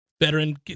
Veteran